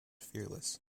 fearless